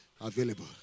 Available